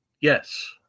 Yes